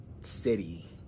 city